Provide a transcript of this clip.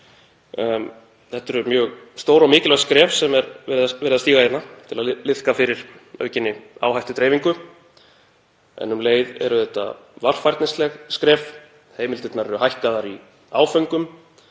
Það eru mjög stór og mikilvæg skref sem verið er að stíga hérna til að liðka fyrir aukinni áhættudreifingu en um leið eru þetta varfærnisleg skref. Heimildirnar eru hækkaðar í áföngum